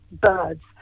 birds